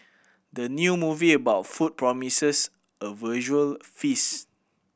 the new movie about food promises a visual feast